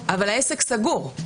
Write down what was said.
אבל העסק סגור.